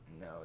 No